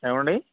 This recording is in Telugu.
ఏమండి